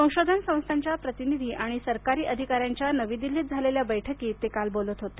संशोधन संस्थांच्या प्रतिनिधी आणि सरकारी अधिकाऱ्यांच्या नवी दिल्लीत झालेल्या बैठकीत ते काल बोलत होते